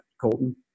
Colton